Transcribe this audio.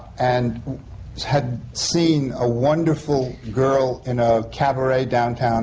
and had seen a wonderful girl in a cabaret downtown